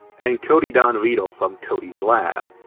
and cody don reeder from cody's lab,